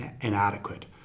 inadequate